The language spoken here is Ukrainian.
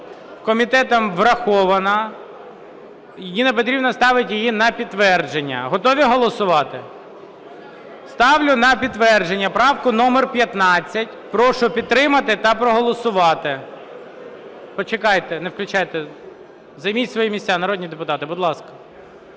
комітетом врахована і Ніна Петрівна ставить її на підтвердження. Готові голосувати? Ставлю на підтвердження правку номер 15. Прошу підтримати та проголосувати. Почекайте, не включайте. Займіть свої місця, народні депутати, будь ласка.